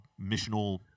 missional